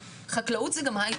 חקלאות זה גם הייטק.